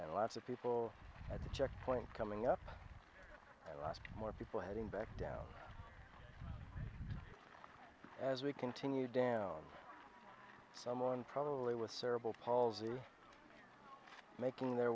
and lots of people at the checkpoint coming up more people heading back down as we continue down someone probably with servile palsy making their